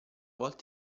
volta